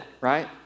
right